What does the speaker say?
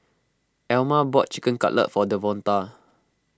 Alma bought Chicken Cutlet for Devonta